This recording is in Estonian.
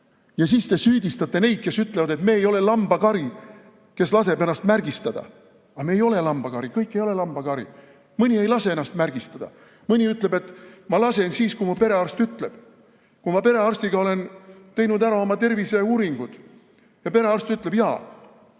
Ja siis te süüdistate neid, kes ütlevad, et me ei ole lambakari, kes laseb ennast märgistada. Aga me ei ole lambakari! Kõik ei ole lambakari, mõni ei lase ennast märgistada. Mõni ütleb, et ma lasen siis, kui mu perearst ütleb, kui ma perearstiga olen teinud ära oma terviseuuringud ja perearst ütleb, jaa,